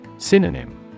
Synonym